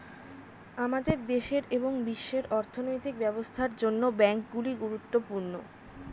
আমাদের দেশের এবং বিশ্বের অর্থনৈতিক ব্যবস্থার জন্য ব্যাংকগুলি গুরুত্বপূর্ণ